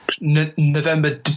November